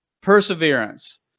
Perseverance